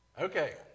Okay